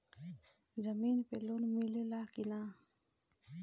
जमीन पे लोन मिले ला की ना?